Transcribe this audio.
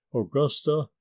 Augusta